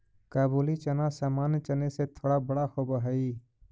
काबुली चना सामान्य चने से थोड़ा बड़ा होवअ हई